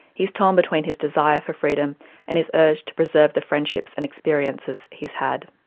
he's torn between his desire for freedom and his urge to preserve the friendships and experiences he's had.